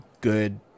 good